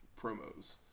promos